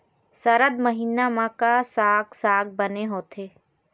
सरद महीना म का साक साग बने होथे?